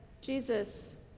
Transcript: Jesus